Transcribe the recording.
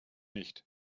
nicht